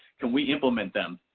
can we implement them.